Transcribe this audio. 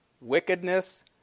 wickedness